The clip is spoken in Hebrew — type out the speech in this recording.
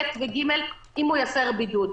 ב' ו-ג' אם הוא יפר בידוד.